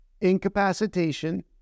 incapacitation